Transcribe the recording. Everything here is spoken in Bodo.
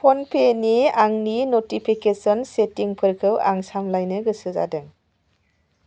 फ'नपेनि आंनि नटिफिकेसन सेटिंफोरखौ आं सामलायनो गोसो जादों